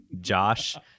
Josh